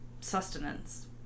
sustenance